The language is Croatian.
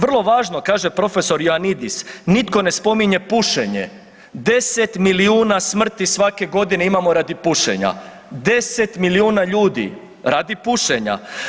Vrlo važno kaže profesor Ioannidis nitko ne spominje pušenje, 10 milijuna smrti svake godine imamo radi pušenja, 10 milijuna ljudi radi pušenja.